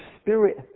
spirit